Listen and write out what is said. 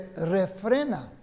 refrena